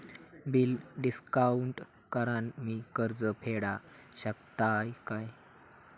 Bill discount करान मी कर्ज फेडा शकताय काय?